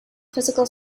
physical